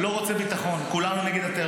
זה עולה אפס שקלים.